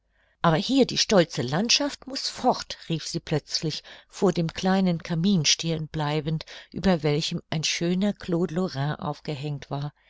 aber hier die stolze landschaft muß fort rief sie plötzlich vor dem kleinem kamin stehen bleibend über welchem ein schöner claude lorrain aufgehängt war